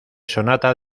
sonata